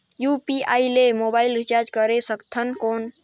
UPI ले mobile recharge करे सकथन कौन?